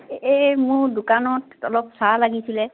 এই মোৰ দোকানত অলপ চাহ লাগিছিলে